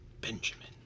Benjamin